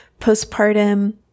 Postpartum